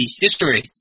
history